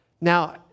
Now